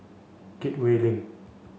Gateway Link